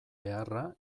beharra